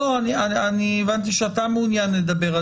אני הבנתי שאתה מעוניין לדבר,